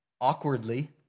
awkwardly